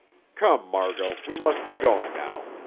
come, margot, we must be going now.